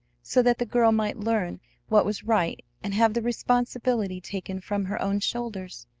so that the girl might learn what was right and have the responsibility taken from her own shoulders.